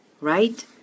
Right